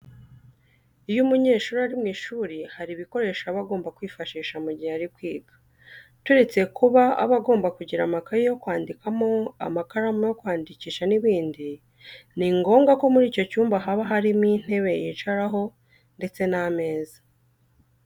Iyo umunyeshuri ari mu ishuri hari ibikoresho aba agomba kwifashisha mu gihe ari kwiga. Turetse kuba aba agomba kugira amakayi yo kwandikiramo, amakaramu yo kwandikisha n'ibindi, ni ngombwa ko muri icyo cyumba haba harimo intebe yicaraho ndetse n'ameza.